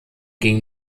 ging